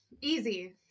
easy